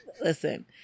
Listen